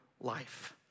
Life